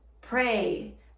Pray